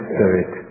Spirit